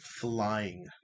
flying